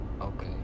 Okay